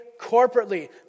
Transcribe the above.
corporately